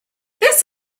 this